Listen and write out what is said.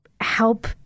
help